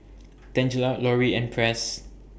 Tangela Lorie and Press